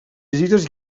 visites